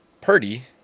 Purdy